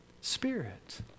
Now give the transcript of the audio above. Spirit